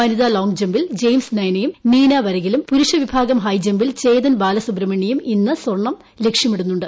വനിതാ ലോങ് ജെബ്ബിൽ ജയിംസ് നയനയും നീനാ വരകിലും പുരുഷ വിഭാഗം ഹൈജെബ്ബിൽ ചേതൻ ബാലസുബ്രഹ്മണ്യയും ഇന്ന് സ്വർണ്ണം ലക്ഷ്യമിടുന്നുണ്ട്